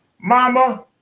mama